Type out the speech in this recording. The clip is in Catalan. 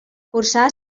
cursà